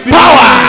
power